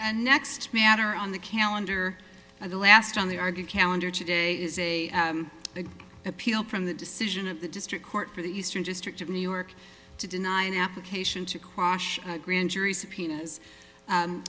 and next matter on the calendar of the last on the argue calendar today is a big appeal from the decision of the district court for the eastern district of new york to deny an application to quash a grand jury subpoenas